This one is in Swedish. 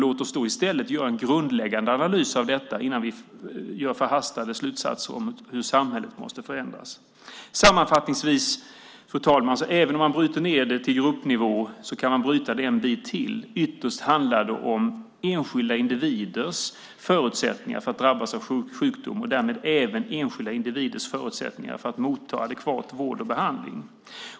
Låt oss i stället göra en grundläggande analys av detta innan vi drar förhastade slutsatser om hur samhället måste förändras. Sammanfattningsvis, fru talman, kan man även om man bryter ned det till gruppnivå bryta det en bit till. Ytterst handlar det om enskilda individers förutsättningar att drabbas av sjukdom och därmed även enskilda individers förutsättningar att motta adekvat vård och behandling.